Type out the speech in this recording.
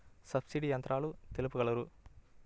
Subsidy యంత్రాలు తెలుపగలరు?